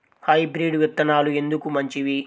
Hybrid విత్తనాలు ఎందుకు మంచివి?